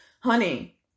Honey